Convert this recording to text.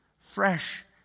fresh